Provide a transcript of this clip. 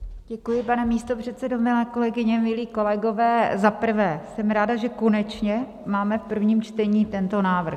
Děkuji, pane místopředsedo, milé kolegyně, milí kolegové, za prvé jsem ráda, že konečně máme v prvním čtení tento návrh.